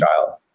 child